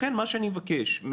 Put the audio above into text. מה שאני מבקש,